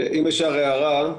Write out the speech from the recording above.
אם אפשר להעיר הערה.